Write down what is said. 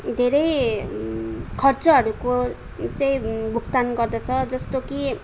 धेरै खर्चहरूको चाहिँ भुक्तान गर्दछ जस्तो कि